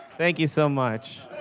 thank you so much.